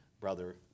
brother